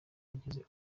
yagizwe